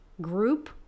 group